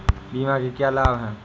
बीमा के क्या लाभ हैं?